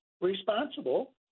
responsible